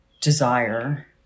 desire